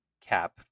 Cap